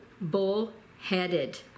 bullheaded